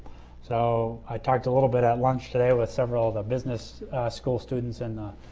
so, i talked a little bit at lunch today with several of the business school students and the